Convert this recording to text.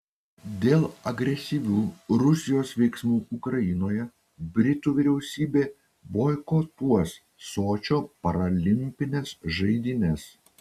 dėl agresyvių rusijos veiksmų ukrainoje britų vyriausybė boikotuos sočio paralimpines žaidynes